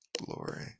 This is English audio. glory